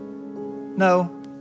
No